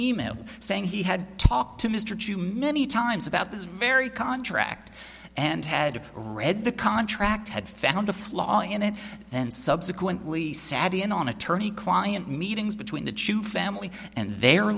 e mail saying he had talked to mr too many times about this very contract and had read the contract had found a flaw in it and subsequently sat in on attorney client meetings between the two family and their